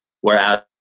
Whereas